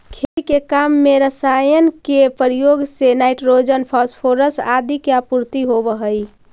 खेती के काम में रसायन के प्रयोग से नाइट्रोजन, फॉस्फोरस आदि के आपूर्ति होवऽ हई